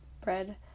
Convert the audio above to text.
bread